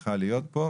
בשבילך להיות פה,